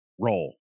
roll